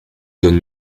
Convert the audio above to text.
donne